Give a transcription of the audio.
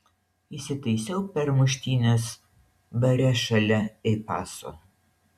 įsitaisiau per muštynes bare šalia ei paso